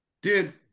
dude